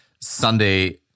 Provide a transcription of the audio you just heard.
Sunday